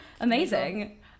Amazing